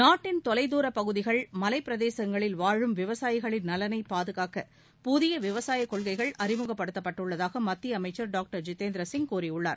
நாட்டின் தொலை தூர பகுதிகள் மலைப் பிரதேசங்களில் வாழும் விவசாயிகளின் நலனைப் பாதுகாக்க புதிய விவசாய கொள்கைகள் அறிமுகப்படுத்தப்பட்டுள்ளதாக மத்திய அமைச்சர் டாக்டர் ஜிதேந்திர சிங் கூறியுள்ளார்